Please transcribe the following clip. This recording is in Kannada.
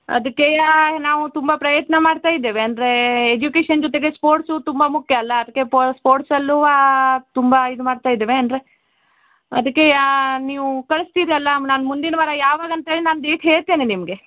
ಅದಕ್ಕೆ ನಾವು ತುಂಬ ಪ್ರಯತ್ನ ಮಾಡ್ತಾಯಿದ್ದೇವೆ ಅಂದ್ರೆ ಎಜುಕೇಷನ್ ಜೊತೆಗೆ ಸ್ಪೋರ್ಟ್ಸು ತುಂಬ ಮುಖ್ಯ ಅಲ್ವ ಅದಕ್ಕೆ ಸ್ಪೋರ್ಟ್ಸಲ್ಲು ತುಂಬ ಇದು ಮಾಡ್ತಾಯಿದ್ದೇವೆ ಅಂದರೆ ಅದಕ್ಕೆ ನೀವು ಕಳ್ಸ್ತೀರಿ ಅಲ್ಲ ನಾನು ಮುಂದಿನ ವಾರ ಯಾವಾಗ ಅಂತೇಳಿ ನಾನು ಡೇಟ್ ಹೇಳ್ತೇನೆ ನಿಮಗೆ